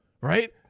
right